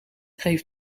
geef